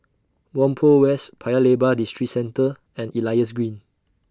Whampoa West Paya Lebar Districentre and Elias Green